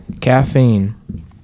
caffeine